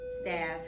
staff